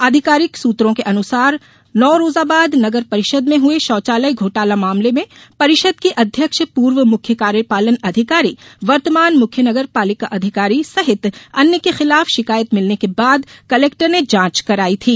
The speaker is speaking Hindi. आधिकारिक सूत्रों के अनुसार नौरोजाबाद नगर परिषद में हुए शौचालय घोटाला मामले में परिषद की अध्यक्ष ्पूर्व मुख्य कार्यपालन अधिकारी वर्तमान मुख्य नगर पालिका अधिकारी सहित अन्य के खिलाफ शिकायत मिलने के बाद कलेक्टर ने जांच कराई थी